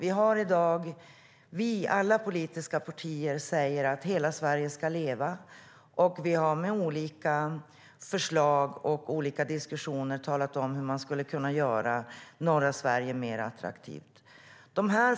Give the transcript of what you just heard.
I dag säger alla politiska partier att hela Sverige ska leva, och vi har med olika förslag och diskussioner talat om hur man skulle kunna göra norra Sverige mer attraktivt.